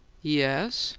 yes.